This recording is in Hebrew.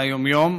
ליום-יום,